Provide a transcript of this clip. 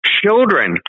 children